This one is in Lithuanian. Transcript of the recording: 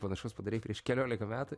panašaus padarei prieš keliolika metų